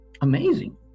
amazing